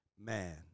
man